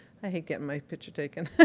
hate getting my picture taken.